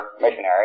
missionary